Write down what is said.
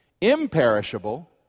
Imperishable